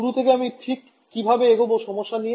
শুরু থেকে আমি ঠিক কিভাবে এগোবো সমস্যা নিয়ে